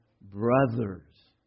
brothers